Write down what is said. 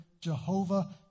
Jehovah